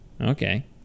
okay